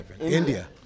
India